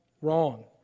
wrong